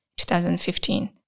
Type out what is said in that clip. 2015